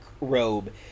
robe